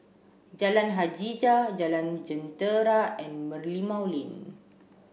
Jalan Hajijah Jalan Jentera and Merlimau Lane